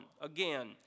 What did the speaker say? again